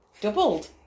Doubled